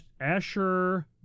Asher